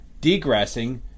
degressing